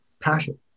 passion